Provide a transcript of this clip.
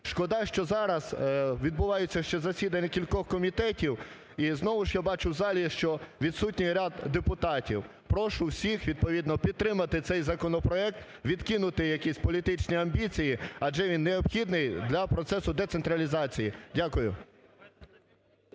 Шкода, що зараз відбуваються ще засідання кількох комітетів, і знову ж я бачу у залі, що відсутні ряд депутатів. Прошу всіх відповідно підтримати цей законопроект, відкинути якісь політичні амбіції, адже він необхідний для процесу децентралізації. Дякую.